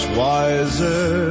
wiser